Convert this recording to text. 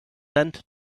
sent